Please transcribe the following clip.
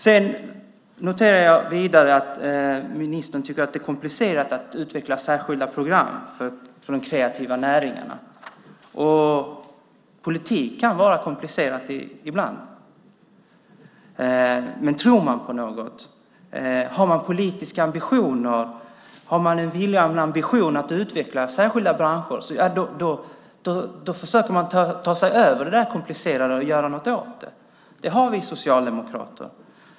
Jag noterar vidare att ministern tycker att det är komplicerat att utveckla särskilda program för de kreativa näringarna. Politik kan vara komplicerat ibland, men om man tror på något, har politisk vilja och ambition att utveckla särskilda branscher försöker man ta sig över det komplicerade och göra något åt det. Det har vi socialdemokrater.